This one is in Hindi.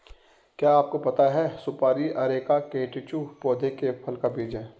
क्या आपको पता है सुपारी अरेका कटेचु पौधे के फल का बीज है?